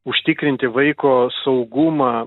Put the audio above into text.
užtikrinti vaiko saugumą